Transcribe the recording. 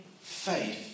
faith